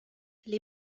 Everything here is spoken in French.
les